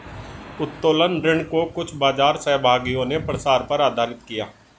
उत्तोलन ऋण को कुछ बाजार सहभागियों ने प्रसार पर आधारित किया